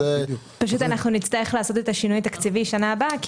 נצטרך לעשות את השינוי התקציבי בשנה הבאה כי